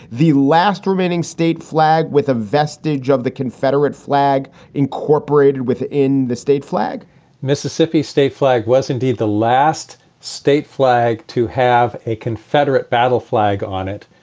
the last remaining state flag with a vestige of the confederate flag incorporated within the state flag mississippi state flag was indeed the last state flag to have a confederate battle flag on it.